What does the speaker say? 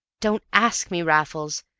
don't ask me, raffles.